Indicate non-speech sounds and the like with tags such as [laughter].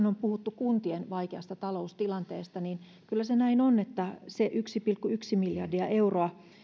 [unintelligible] on paljon puhuttu kuntien vaikeasta taloustilanteesta niin kyllä se näin on että se yksi pilkku yksi miljardia euroa